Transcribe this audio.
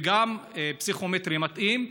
וגם פסיכומטרי מתאים,